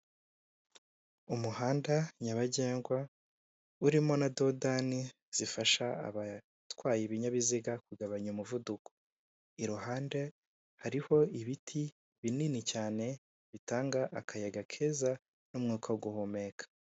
Umuhanda nyabagendwa urimo na dodani zifasha abatwaye ibinyabiziga kugabanya umuvuduko, iruhande hariho ibiti binini cyane bitanga akayaga keza n'umwuka wo guhumeka.